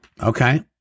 Okay